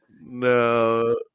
No